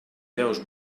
veus